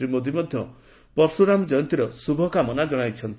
ଶ୍ରୀ ମୋଦୀ ମଧ୍ୟ ପର୍ଶୁରାମ ଜୟନ୍ତୀର ଶୁଭକାମନା ଜଣାଇଛନ୍ତି